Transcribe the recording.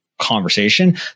conversation